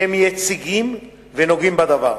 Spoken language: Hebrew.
שהם יציגים ונוגעים בדבר,